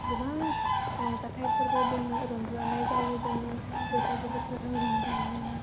गोबां रंजाथाइ फोरबो दङ रंजानाय जायो जोङो बैसागु बोथोराव रंजायो